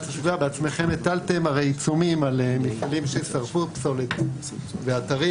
הסביבה: בעצמכם הטלתם עיצומים על מפעלים ששרפו פסולת באתרים.